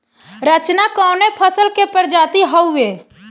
रचना कवने फसल के प्रजाति हयुए?